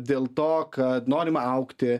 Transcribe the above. dėl to kad norima augti